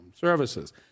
services